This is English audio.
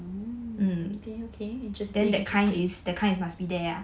hmm okay okay interesting